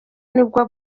nibwo